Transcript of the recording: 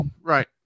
right